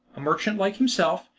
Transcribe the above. a merchant like himself,